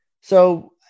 So-